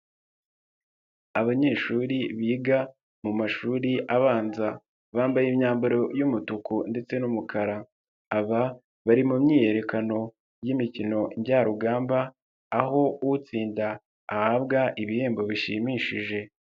Abanyeshuri biga mu mashuri abanza bambaye imyambaro y'umutuku ndetse n'umukara, aba bari mu myiyerekano y'imikino njyarugamba aho utsinda ahabwa ibihembo bishimishije.